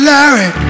Larry